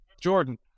Jordan